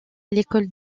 l’école